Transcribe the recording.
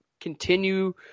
continue